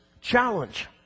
challenge